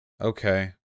Okay